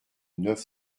neuf